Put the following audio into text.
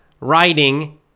writing